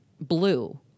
blue